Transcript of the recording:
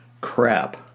crap